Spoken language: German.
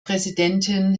präsidentin